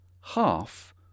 half